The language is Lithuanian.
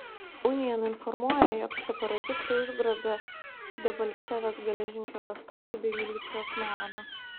unian informuoja jog separatistai užgrobė debalcevės geležinkelio stotį bei milicijos nuovadą